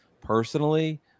personally